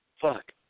fuck